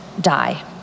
die